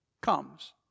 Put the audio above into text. comes